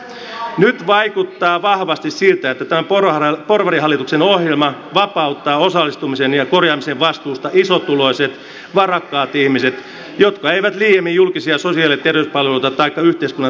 nyt vaikuttaa vahvasti siltä että tämän porvarihallituksen ohjelma vapauttaa osallistumisen ja korjaamisen vastuusta isotuloiset varakkaat ihmiset jotka eivät liiemmin julkisia sosiaali ja terveyspalveluja taikka yhteiskunnan tulonsiirtoja tarvitse